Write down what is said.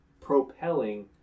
propelling